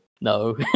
no